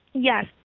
Yes